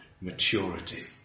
maturity